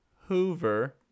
hoover